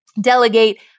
delegate